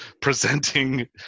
presenting